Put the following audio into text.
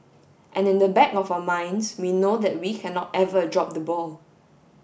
and in the back of our minds we know that we cannot ever drop the ball